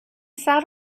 sat